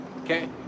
okay